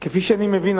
כפי שאני מבין,